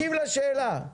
תקשיב לשאלה,